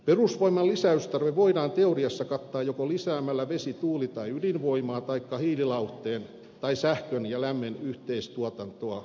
perusvoiman lisäystarve voidaan teoriassa kattaa joko lisäämällä vesi tuuli tai ydinvoimaa taikka hiililauhteen tai sähkön ja lämmön yhteistuotantoa chptä